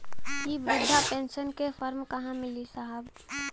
इ बृधा पेनसन का फर्म कहाँ मिली साहब?